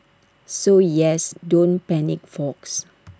so yes don't panic folks